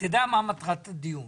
אתה יודע מה מטרת הדיון.